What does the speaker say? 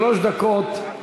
שלוש דקות לרשותך,